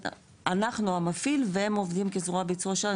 אנחנו המפעיל והם עובדים כזרוע ביצוע שלנו,